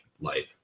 life